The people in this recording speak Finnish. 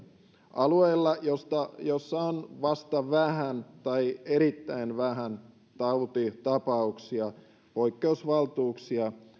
alueilla jolla on vasta vähän tai erittäin vähän tautitapauksia poikkeusvaltuuksia